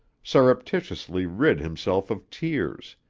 surreptitiously rid himself of tears,